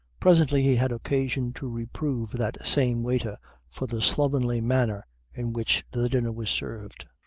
presently he had occasion to reprove that same waiter for the slovenly manner in which the dinner was served.